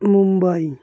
Mumbai